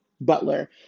Butler